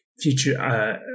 future